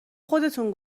خودتون